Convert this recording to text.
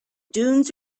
dunes